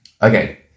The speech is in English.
Okay